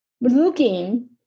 looking